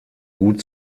gut